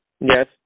Yes